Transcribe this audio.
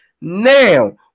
Now